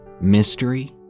mystery